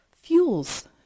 fuels